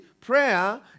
prayer